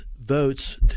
votes